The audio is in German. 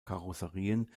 karosserien